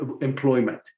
employment